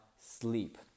sleep